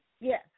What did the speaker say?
Yes